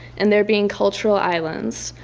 and their being cultural islands,